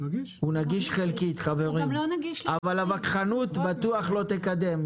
הוא נגיש חלקית אבל הווכחנות בטוח לא תקדם.